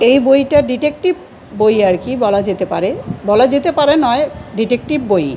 এই বইটা ডিটেক্টিভ বই আর কি বলা যেতে পারে বলা যেতে পারে নয় ডিটেক্টিভ বইই